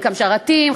חלקם שרתים,